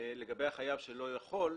החייב שלא יכול,